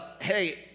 hey